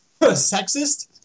sexist